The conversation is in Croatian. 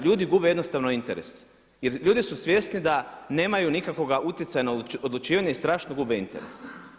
Ljudi gube jednostavno interes, jer ljudi su svjesni da nemaju nikakvoga utjecaja na odlučivanje i strašno gube interes.